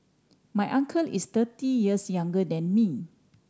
my uncle is thirty years younger than me